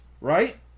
Right